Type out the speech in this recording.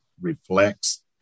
reflects